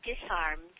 disarmed